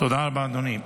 תודה רבה, אדוני.